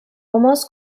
omas